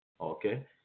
okay